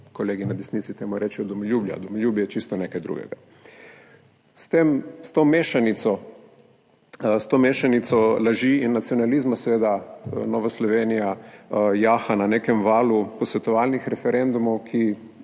kolegi na desnici temu rečejo domoljubje. Domoljubje je čisto nekaj drugega. S to mešanico laži in nacionalizma seveda Nova Slovenija jaha na nekem valu posvetovalnih referendumov, ki